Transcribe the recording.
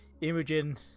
Imogen